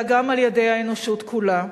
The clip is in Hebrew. אלא גם על-ידי האנושות כולה.